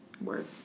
Word